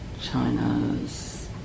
China's